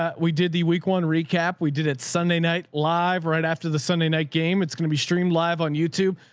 a, we did the week. one recap. we did it sunday night live right after the sunday night game, it's going to be stream live on youtube,